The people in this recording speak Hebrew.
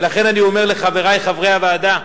ולכן אני אומר לחברי חברי הוועדה,